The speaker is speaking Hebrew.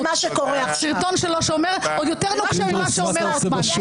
עוד יותר נוקשה ממה שאומר רוטמן.